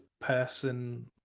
person